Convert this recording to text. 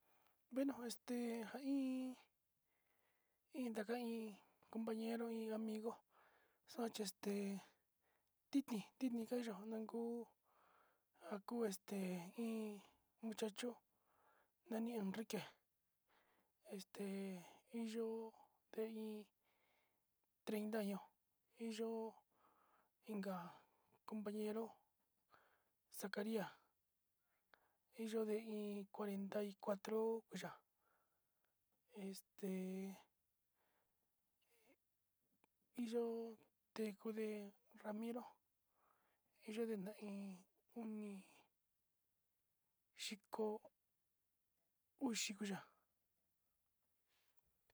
Bueno este nja iin iin ndaka iin compañero iin amigo este titni titni ka'a yo'ó akuu akuu este, iin muchacho nani enrique este iin yo'ó ta iin treinta año iin yo'ó inka compañero zacaria iin yo'ó de iin cuarenta cuatro oya'a este iin yo'ó tekude ramiro iin yo'ó ndenda iin unidiko uxi uya'a.